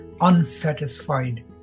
unsatisfied